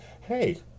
hey